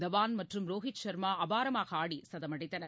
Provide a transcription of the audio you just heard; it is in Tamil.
தவான் மற்றும் ரோஹித் சர்மா அபாரமாக ஆடி சதம் அடித்தனர்